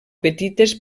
petites